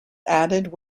added